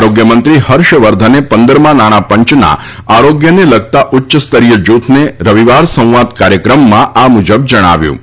આરોગ્યમંત્રી ફર્ષવર્ધને પંદરમાં નાણાં પંચના આરોગ્યને લગતા ઉચ્યસ્તરીય જૂથને રવિવાર સંવાદ કાર્યક્રમમાં આ મુજબ જણાવ્યું હતું